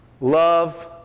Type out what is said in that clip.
Love